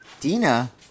Dina